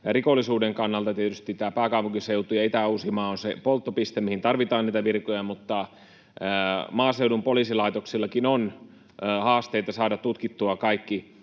rikollisuuden kannalta tietysti tämä pääkaupunkiseutu ja Itä-Uusimaa on se polttopiste, mihin tarvitaan niitä virkoja, mutta maaseudun poliisilaitoksillakin on haasteita saada tutkittua kaikki